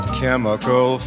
chemical